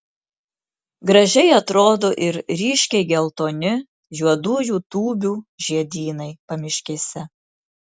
gražiai atrodo ir ryškiai geltoni juodųjų tūbių žiedynai pamiškėse